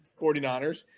49ers